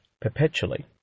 perpetually